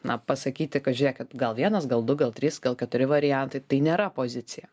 na pasakyti kad žiūrėkit gal vienas gal du gal trys gal keturi variantai tai nėra pozicija